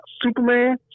Superman